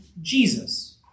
Jesus